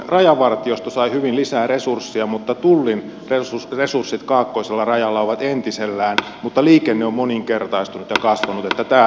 rajavartiosto sai hyvin lisää resursseja mutta tullin resurssit kaakkoisella rajalla ovat entisellään vaikka liikenne on moninkertaistunut ja kasvanut